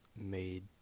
made